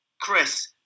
Chris